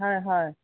হয় হয়